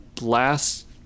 last